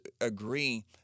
agree